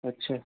अच्छा